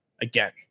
again